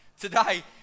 Today